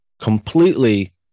completely